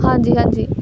ਹਾਂਜੀ ਹਾਂਜੀ